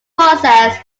process